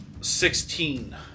sixteen